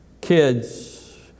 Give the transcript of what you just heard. kids